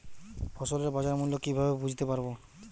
ফসলের বাজার মূল্য কিভাবে বুঝতে পারব?